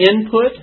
input